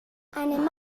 anem